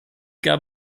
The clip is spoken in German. gab